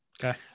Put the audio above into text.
Okay